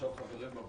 הישיבה ננעלה